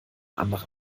andere